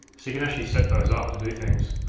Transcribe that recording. so you can actually set those up to do things.